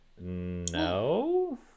No